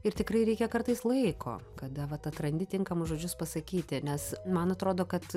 ir tikrai reikia kartais laiko kada vat atrandi tinkamus žodžius pasakyti nes man atrodo kad